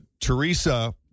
Teresa